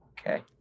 Okay